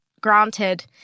granted